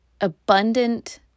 abundant